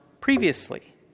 previously